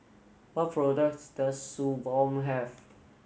what products does Suu Balm have